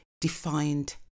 defined